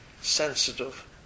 sensitive